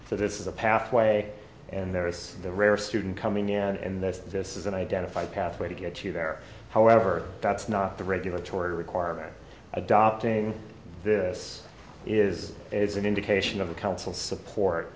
so this is a pathway and there is the rare student coming in and this this is an identified pathway to get you there however that's not the regulatory requirement adopting this is it's an indication of a council support